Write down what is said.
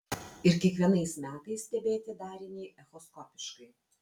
ir kiekvienais metais stebėti darinį echoskopiškai